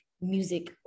music